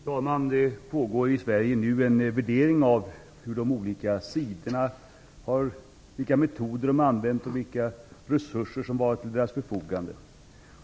Fru talman! Det pågår i Sverige nu en värdering av vilka metoder de olika sidorna har använt och vilka resurser som varit till deras förfogande.